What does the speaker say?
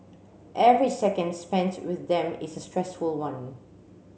every second spent with them is a stressful one